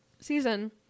season